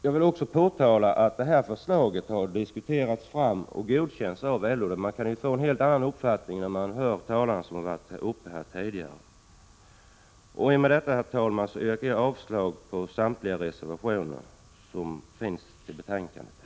Jag vill också påpeka att förslaget har diskuterats fram och godkänts av LO — man kan ju få en helt annan uppfattning när man hör de talare som har varit här uppe tidigare. I och med detta, herr talman, yrkar jag avslag på samtliga reservationer i betänkandet.